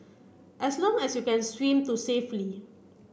as long as you can swim to safely